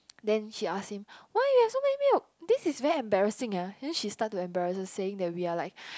then she asks him why you have so many milks this is very embarrassing ah then she start to embarrass saying that we are like